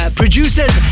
producers